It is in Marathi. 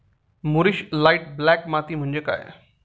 मूरिश लाइट ब्लॅक माती म्हणजे काय?